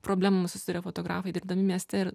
problemom susiduria fotografai dirbdami mieste ir